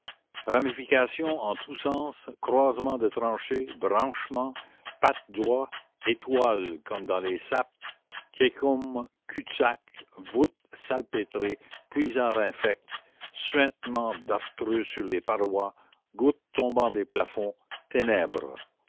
ramifications en tous sens croisements de tranchées branchements pattes d'oie étoiles comme dans les sapes cæcums culs-de-sac voûtes salpêtrées puisards infects suintements dartreux sur les parois gouttes tombant des plafonds ténèbres